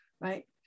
right